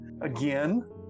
Again